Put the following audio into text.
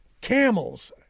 camels